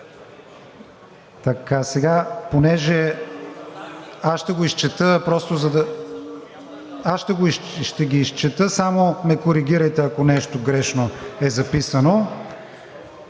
Ще ги изчета, само ме коригирайте, ако нещо грешно е записано.